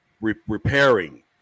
repairing